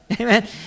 Amen